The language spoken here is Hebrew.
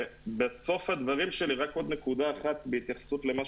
בסוף הדברים שלי רק עוד נקודה אחת בהתייחסות למה